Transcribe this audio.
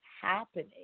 happening